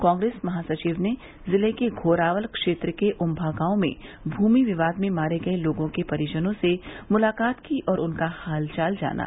कांग्रेस महासचिव ने जिले के घोरावल क्षेत्र के उम्मा गांव में भूमि विवाद में मारे गये लोगों के परिजनों से मुलाकात की और उनका हालचाल जाना